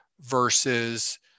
versus